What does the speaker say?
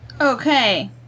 Okay